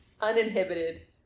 uninhibited